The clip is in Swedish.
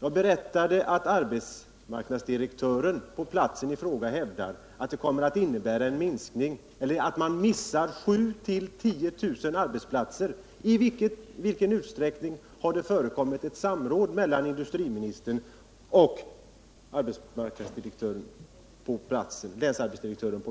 Jag berättade att länsarbetsdirektören på platsen i fråga hävdar att man av denna anledning missar 7 000-10 000 arbetsplatser. I vilken utsträckning har det förekommit samråd mellan industriministern och länsarbetsdirektören på